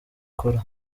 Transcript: kōra